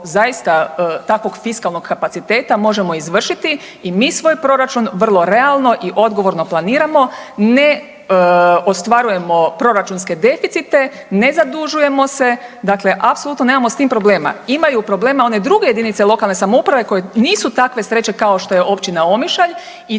zaista takvog fiskalnog kapaciteta možemo izvršiti i mi svoj proračun vrlo realno i odgovorno planiramo, ne ostvarujemo proračunske deficite, ne zadužujemo se, dakle apsolutno nemamo s tim problema. Imaju problema one druge jedinice lokalne samouprave koje nisu takve sreće kao što je općina Omišalj i